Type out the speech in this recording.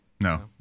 No